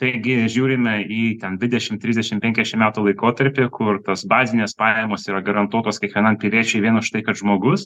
taigi žiūrime į ten dvidešim trisdešim penkiasdešim šių metų laikotarpiu kurtos bazinės pajamos yra garantuotos kiekvienam piliečiui vien už tai kad žmogus